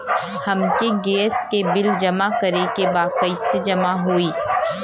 हमके गैस के बिल जमा करे के बा कैसे जमा होई?